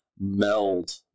meld